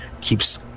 keeps